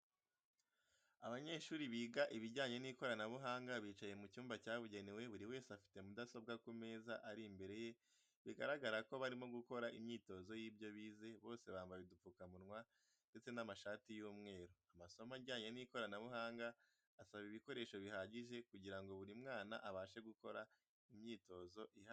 Abanyeshuri biga ibijyanye n'ikoranabuhanga bicaye mu cyumba cyabugenewe buri wese afite mudasobwa ku meza ari imbere ye bigaragara ko barimo gukora imyitozo y'ibyo bize, bose bambaye udupfukamunwa ndetse n'amashati y'umweru. Amasomo ajyanye n'ikoranabuhanga asaba ibikoreso bihagije kugira ngo buri mwana abashe gukora imyitozo ihagije.